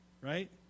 right